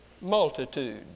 multitude